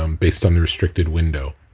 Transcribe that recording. um based on the restricted window.